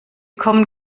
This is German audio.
kommen